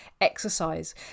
exercise